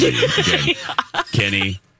Kenny